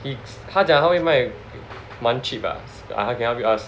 he 他讲他会卖蛮 cheap ah I can help you ask